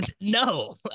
No